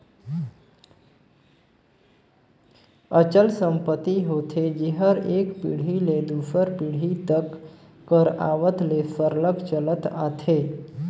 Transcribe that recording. अचल संपत्ति होथे जेहर एक पीढ़ी ले दूसर पीढ़ी तक कर आवत ले सरलग चलते आथे